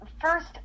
first